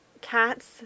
cats